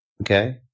Okay